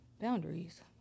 boundaries